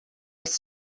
was